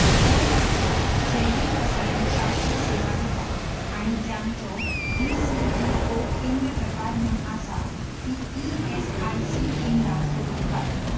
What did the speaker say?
गोंय राज्यांत जैवीक रसायनशास्त्र सेवा दितात आनी जांचो डी सी बी ओ केंद्र प्रकार म्हूण आसा तीं ई एस आय सी केंद्रां सोदून काड